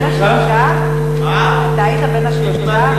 אתה היית בין השלושה?